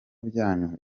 byanyu